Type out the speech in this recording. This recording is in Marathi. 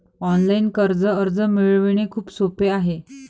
ऑनलाइन कर्ज अर्ज मिळवणे खूप सोपे आहे